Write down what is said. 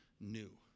new